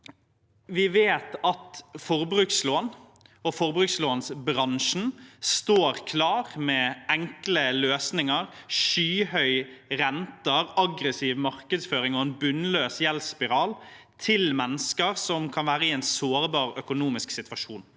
Vi vet at forbrukslånsbran sjen står klar med enkle løsninger, skyhøye renter, aggressiv markedsføring og en bunnløs gjeldsspiral til mennesker som kan være i en sårbar økonomisk situasjon.